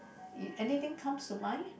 anything comes to mind